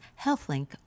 HealthLink